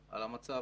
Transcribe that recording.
המצב.